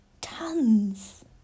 tons